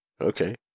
Okay